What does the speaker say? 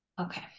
Okay